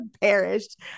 perished